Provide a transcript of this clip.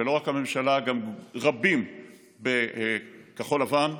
ולא רק הממשלה אלא גם רבים בכחול לבן.